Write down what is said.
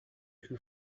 who